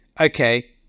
okay